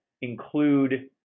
include